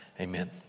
amen